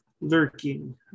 lurking